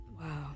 Wow